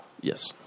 Yes